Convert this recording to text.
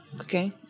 Okay